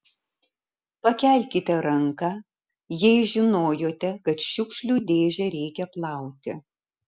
pakelkite ranką jei žinojote kad šiukšlių dėžę reikia plauti